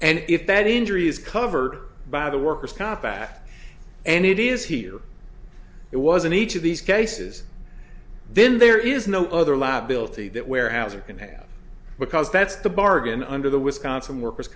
and if that injury is covered by the worker's comp path and it is here it was in each of these cases then there is no other lab built the that warehouse or can have because that's the bargain under the wisconsin worker